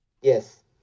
Yes